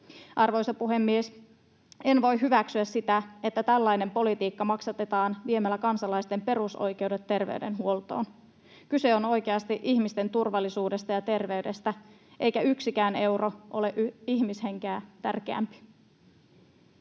Arvoisa puhemies! En voi hyväksyä sitä, että tällainen politiikka maksatetaan viemällä kansalaisilta perusoikeudet terveydenhuoltoon. Kyse on oikeasti ihmisten turvallisuudesta ja terveydestä, eikä yksikään euro ole ihmishenkeä tärkeämpi.